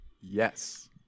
Yes